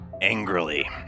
angrily